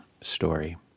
story